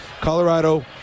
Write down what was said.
Colorado